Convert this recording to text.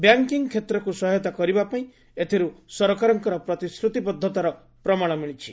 banking କ୍ଷେତ୍ରକୁ ସହାୟତା କରିବା ପାଇଁ ଏଥିରୁ ସରକାରଙ୍କ ପ୍ରତିଶ୍ରତିବଦ୍ଧତାର ପ୍ରମାଣ ମିଳିଛି